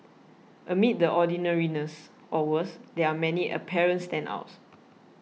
amid the ordinariness or worse there are many apparent standouts